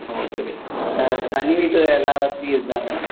ஓகேங்க த தனி வீட்டில் எல்லா வசதியும் இருக்குதாங்க